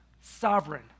sovereign